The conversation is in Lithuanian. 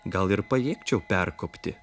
gal ir pajėgčiau perkopti